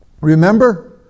Remember